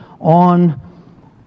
on